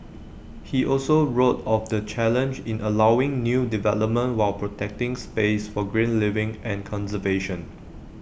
he also wrote of the challenge in allowing new development while protecting space for green living and conservation